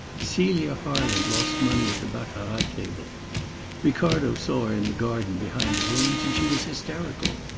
celia harland lost money at the baccarat-table. ricardo saw her in the garden behind the rooms, and she was hysterical.